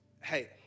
hey